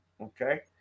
Okay